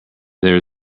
there